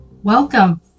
Welcome